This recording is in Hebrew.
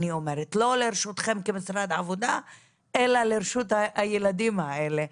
לא לרשותכם כמשרד העבודה, אלא לרשות הילדים האלה.